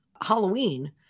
Halloween